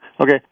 Okay